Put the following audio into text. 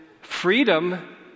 freedom